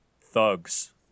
thugs